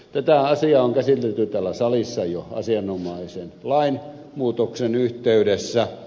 tätä asiaa on käsitelty täällä salissa jo asianomaisen lainmuutoksen yhteydessä